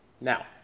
Now